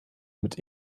mit